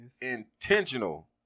intentional